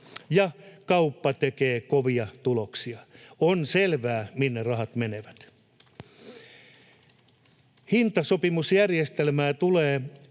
ja kauppa tekee kovia tuloksia. On selvää, minne rahat menevät. Hintasopimusjärjestelmää tulee